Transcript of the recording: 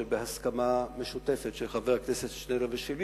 שבהסכמה משותפת של חבר הכנסת שנלר ושלי